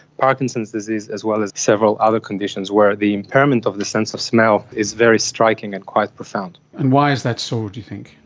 parkinson's disease as well as several other conditions where the impairment of the sense of smell is very striking and quite profound. and why is that so, do you think?